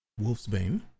Wolfsbane